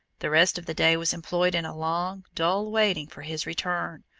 the rest of the day was employed in a long, dull waiting for his return,